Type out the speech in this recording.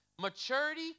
maturity